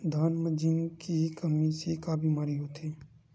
धान म जिंक के कमी से का बीमारी होथे?